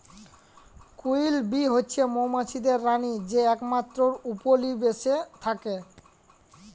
queen bee হছে মোমাছিদের রালী যে একমাত্তর উপলিবেশে থ্যাকে